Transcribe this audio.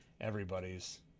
Everybody's